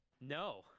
No